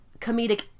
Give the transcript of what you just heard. comedic